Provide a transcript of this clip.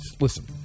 listen